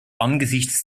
angesichts